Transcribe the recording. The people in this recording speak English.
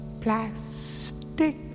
plastic